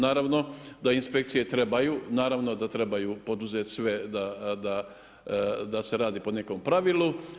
Naravno da inspekcije trebaju, naravno da trebaju poduzeti sve da se radi po nekom pravilu.